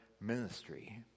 ministry